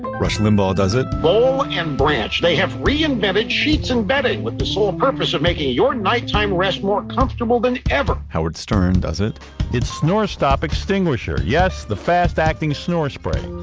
rush limbaugh does it boll and branch, they have reinvented sheets and bedding with the sole purpose of making your nighttime rest more comfortable than ever. howard stern does it it's snorestop extinguisher. yes, the fast-acting snore spray.